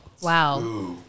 wow